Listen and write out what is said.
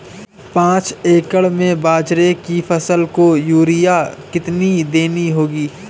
पांच एकड़ में बाजरे की फसल को यूरिया कितनी देनी होगी?